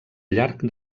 llarg